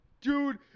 Dude